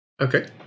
Okay